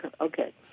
okay